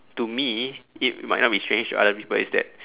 to me it might not be strange to other people is that